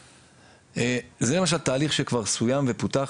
זה התהליך שכבר סוים ופותח,